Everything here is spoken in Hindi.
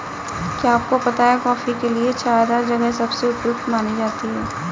क्या आपको पता है कॉफ़ी के लिए छायादार जगह सबसे उपयुक्त मानी जाती है?